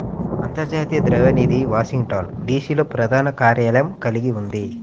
అంతర్జాతీయ ద్రవ్య నిధి వాషింగ్టన్, డి.సి.లో ప్రధాన కార్యాలయం కలిగి ఉంది